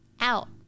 out